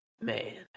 man